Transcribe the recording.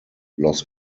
los